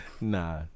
nah